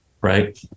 right